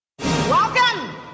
welcome